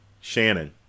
Shannon